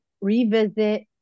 revisit